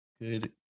good